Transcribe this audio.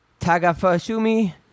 Tagafashumi